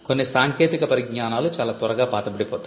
కొన్ని సాంకేతిక పరిజ్ఞానాలు చాలా త్వరగా పాతబడి పోతాయి